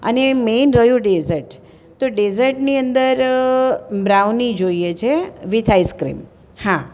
અને મેન રહ્યું ડેઝર્ટ તો ડેઝર્ટની અંદર બ્રાઉની જોઈએ છે વિથ આઈસક્રીમ હા